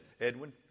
Edwin